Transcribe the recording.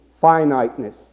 finiteness